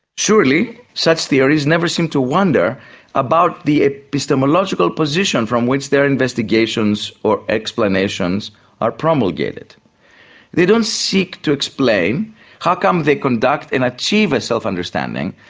surely such theories never seem to wonder about the epistemological position from which their investigations or explanations are promulgated they don't seek to explain how can um they and and achieve a self-understanding,